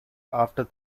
after